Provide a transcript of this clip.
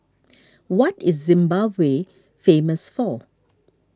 what is Zimbabwe famous for